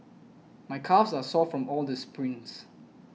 my calves are sore from all the sprints